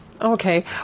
Okay